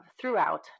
throughout